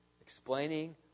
Explaining